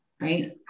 right